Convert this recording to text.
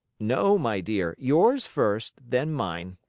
no, my dear! yours first, then mine.